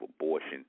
abortion